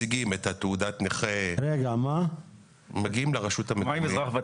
מציגים את תעודת הנכה --- מה עם אזרח ותיק,